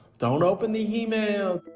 don't open the email.